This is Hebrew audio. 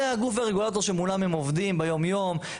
זה הגוף והרגולטור שמולם הם עובדים ביום יום,